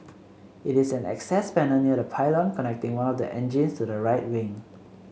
it is an access panel near the pylon connecting one of the engines to the right wing